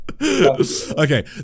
okay